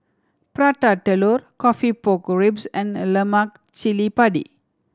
Prata Telur coffee pork ribs and lemak cili padi